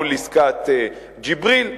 מול עסקת ג'יבריל,